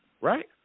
right